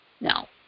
No